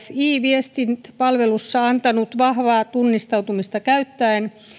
fi viestipalvelussa antanut vahvaa tunnistautumista käyttäen